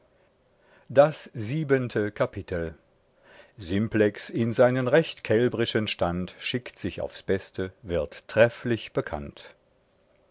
das siebente kapitel simplex in seinen recht kälbrischen stand schickt sich aufs beste wird trefflich bekannt